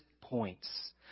points